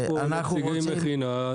יש פה נציגי מכינה.